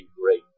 great